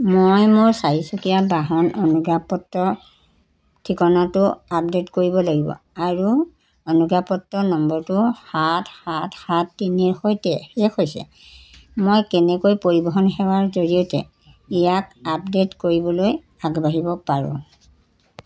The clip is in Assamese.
মই মোৰ চাৰিচকীয়া বাহন অনুজ্ঞাপত্ৰত ঠিকনাটো আপডে'ট কৰিব লাগিব আৰু অনুজ্ঞাপত্ৰ নম্বৰটো সাত সাত সাত তিনিৰ সৈতে শেষ হৈছে মই কেনেকৈ পৰিবহণ সেৱাৰ জৰিয়তে ইয়াক আপডে'ট কৰিবলৈ আগবাঢ়িব পাৰোঁ